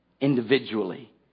Individually